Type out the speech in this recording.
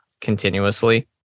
continuously